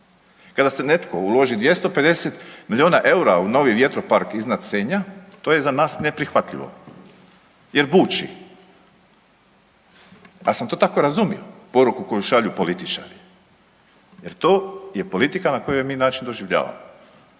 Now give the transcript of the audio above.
Kada se netko uloži 250 milijuna eura u novi vjetropark iznad Senja to je za nas neprihvatljivo jer buči ja sam to tako razumio, poruku koju šalju političari jer to je politika na koji ju mi način doživljavamo.